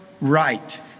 right